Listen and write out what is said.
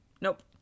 Nope